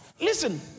Listen